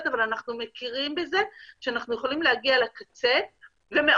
אבל אנחנו מכירים בזה שאנחנו יכולים להגיע לקצה ומאוד